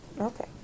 Okay